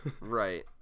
Right